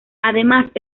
además